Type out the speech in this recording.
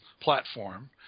platform